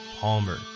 Palmer